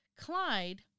Clyde